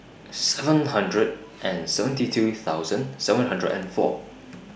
seven hundred and seventy two thousand seven hundred and four